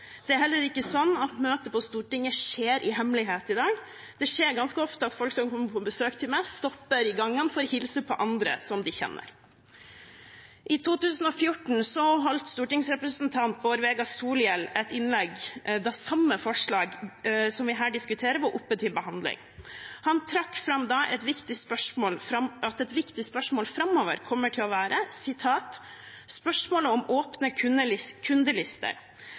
Det er heller ikke sånn at møter på Stortinget skjer i hemmelighet i dag. Det skjer ganske ofte at folk som kommer på besøk til meg, stopper i gangene for å hilse på andre som de kjenner. I 2014 holdt stortingsrepresentant Bård Vegar Solhjell et innlegg da samme forslag som vi her diskuterer, var oppe til behandling. Han trakk da fram at et viktig spørsmål framover kommer til å være «spørsmålet om